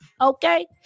okay